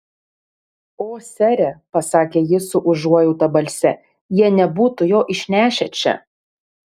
o sere pasakė ji su užuojauta balse jie nebūtų jo išnešę čia